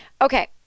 Okay